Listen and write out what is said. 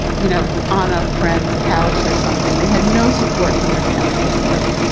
you know, on a friend's couch or something. they had no support from their families whatsoever.